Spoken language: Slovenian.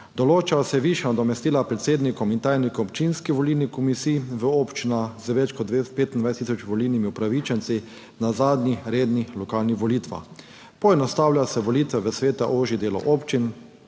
Določa se višja nadomestila predsednikom in tajnikom občinskih volilnih komisij v občinah z več kot 25 tisoč volilnimi upravičenci na zadnjih rednih lokalnih volitvah. Poenostavlja se volitve v svete ožjih delov občin.